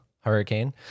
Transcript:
hurricane